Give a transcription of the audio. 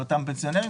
על אותם פנסיונרים,